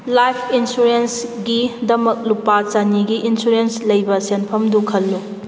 life ꯏꯟꯁꯨꯔꯦꯟꯁꯒꯤꯗꯃꯛ ꯂꯨꯄꯥ ꯆꯅꯤꯒꯤ ꯏꯟꯁꯨꯔꯦꯟꯁ ꯂꯩꯕ ꯁꯦꯟꯐꯝꯗꯨ ꯈꯜꯂꯨ